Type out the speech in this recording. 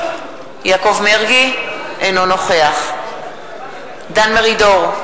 אינו נוכח דן מרידור,